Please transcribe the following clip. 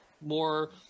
more